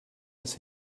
his